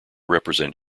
represent